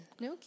No